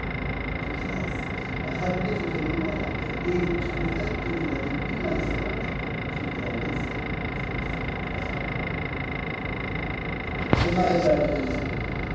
de grâce rappelez votre mémoire et vous trouverez que vous avez eu un songe qui vous a laissé cette forte impies sion je ne m'arrête pas à votre discours